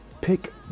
pick